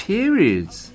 Periods